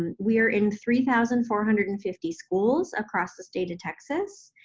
um we're in three thousand four hundred and fifty schools across the state of texas,